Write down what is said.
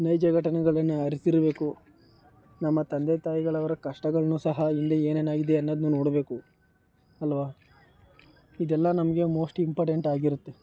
ನೈಜ ಘಟನೆಗಳನ್ನು ಅರಿತಿರಬೇಕು ನಮ್ಮ ತಂದೆ ತಾಯಿಗಳು ಅವರ ಕಷ್ಟಗಳನ್ನು ಸಹ ಹಿಂದೆ ಏನೇನಾಗಿದೆ ಅನ್ನೋದನ್ನ ನೋಡಬೇಕು ಅಲ್ವ ಇದೆಲ್ಲ ನಮಗೆ ಮೋಸ್ಟ್ ಇಂಪಾರ್ಟೆಂಟ್ ಆಗಿರುತ್ತೆ